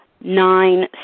nine